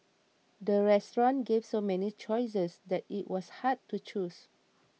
the restaurant gave so many choices that it was hard to choose